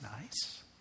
nice